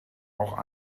auch